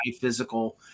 physical